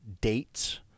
dates